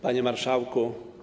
Panie Marszałku!